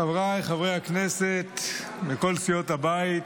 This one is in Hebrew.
חבריי חברי הכנסת מכל סיעות הבית,